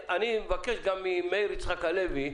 אני מבקש גם ממאיר יצחק הלוי,